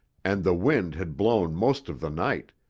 and the wind had blown most of the night,